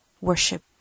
worship